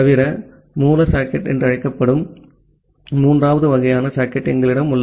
தவிர மூல சாக்கெட் என்று அழைக்கப்படும் மூன்றாவது வகையான சாக்கெட் எங்களிடம் உள்ளது